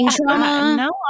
no